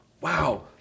Wow